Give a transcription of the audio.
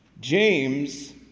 James